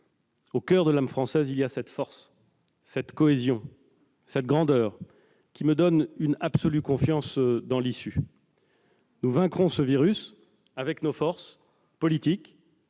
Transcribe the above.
au coeur de l'âme française, cette force, cette cohésion, cette grandeur qui me donnent une absolue confiance dans l'issue. Nous vaincrons ce virus avec nos forces politiques,